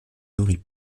nourrit